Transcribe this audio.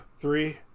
three